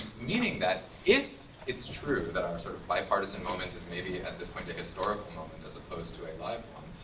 meaning that if it's true that our sort of bipartisan moment is maybe at this point a historical moment as opposed to a live